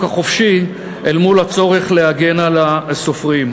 החופשי אל מול הצורך להגן על הסופרים,